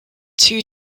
two